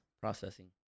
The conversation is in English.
processing